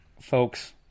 Folks